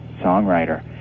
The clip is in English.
songwriter